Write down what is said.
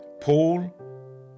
paul